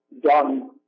done